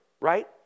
right